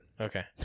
okay